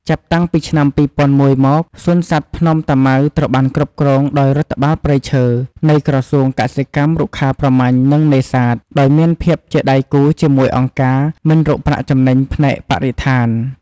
ចាប់តាំងពីឆ្នាំ ២០០១ មក សួនសត្វភ្នំតាម៉ៅត្រូវបានគ្រប់គ្រងដោយ រដ្ឋបាលព្រៃឈើ នៃក្រសួងកសិកម្ម រុក្ខាប្រមាញ់ និងនេសាទ ដោយមានភាពជាដៃគូជាមួយអង្គការមិនរកប្រាក់ចំណេញផ្នែកបរិស្ថាន។